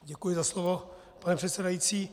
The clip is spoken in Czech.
Děkuji za slovo, pane předsedající.